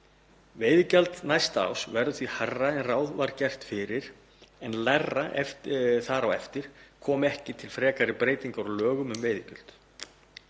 Veiðigjald næsta árs verður því hærra en ráð var gert fyrir en lægra þar á eftir, komi ekki til frekari breytingar á lögum um veiðigjald.